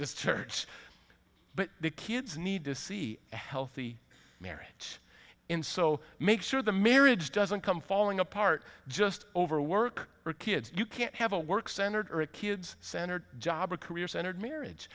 this church but the kids need to see a healthy marriage in so make sure the marriage doesn't come falling apart just over work or kids you can't have a work centered kids centered job or career centered marriage